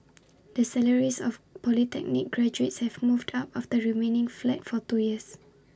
the salaries of polytechnic graduates have moved up after remaining flat for two years